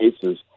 cases